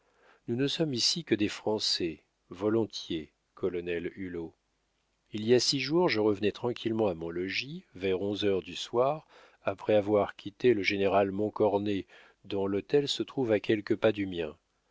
nous ne sommes ici que des français volontiers colonel hulot il y a six jours je revenais tranquillement à mon logis vers onze heures du soir après avoir quitté le général montcornet dont l'hôtel se trouve à quelques pas du mien